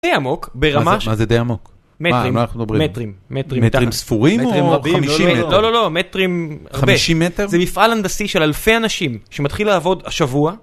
די עמוק, ברמה... מה זה די עמוק? מטרים, מה אנחנו מדברים? מטרים, מטרים... מטרים ספורים או חמישים מטרים? לא, לא, לא, מטרים... חמישים מטר? זה מפעל הנדסי של אלפי אנשים שמתחיל לעבוד השבוע,